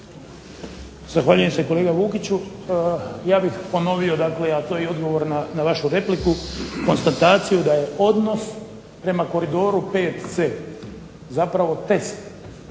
Zahvaljujem se kolega Vukiću. Ja bih ponovio dakle, a to je i odgovor na vašu repliku, konstataciju da je odnos prema koridoru VC zapravo test,